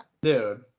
Dude